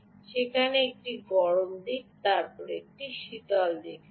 সেখানে একটি গরম দিক এবং তারপরে একটি শীতল দিক রয়েছে